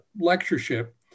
lectureship